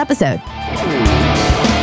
episode